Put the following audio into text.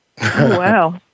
Wow